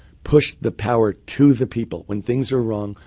push the power to the people. when things are wrong,